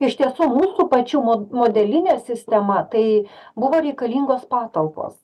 iš tiesų mūsų pačių mod modelinė sistema tai buvo reikalingos patalpos